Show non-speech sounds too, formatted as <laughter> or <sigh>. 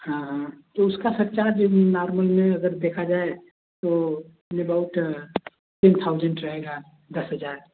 हाँ हाँ तो उसका सक्छ <unintelligible> नार्मल देखा जाये तो ये बहुत टेन थाउज़ेंड रहेगा दस हजार